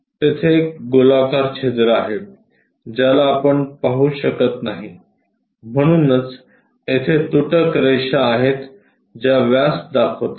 तेथे एक गोलाकार छिद्र आहे ज्याला आपण पाहू शकत नाही म्हणूनच येथे तुटक रेषा आहेत ज्या व्यास दाखवतात